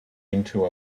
into